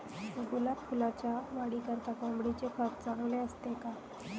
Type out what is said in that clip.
गुलाब फुलाच्या वाढीकरिता कोंबडीचे खत चांगले असते का?